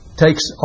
takes